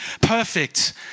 perfect